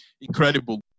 incredible